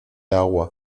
agua